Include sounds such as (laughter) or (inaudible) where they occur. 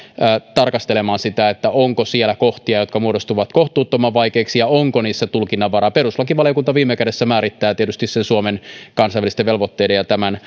tarkastelemaan sitä onko siellä kohtia jotka muodostuvat kohtuuttoman vaikeiksi ja onko niissä tulkinnanvaraa perustuslakivaliokunta viime kädessä määrittää tietysti sen suomen kansainvälisten velvoitteiden ja tämän (unintelligible)